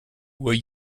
where